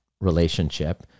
relationship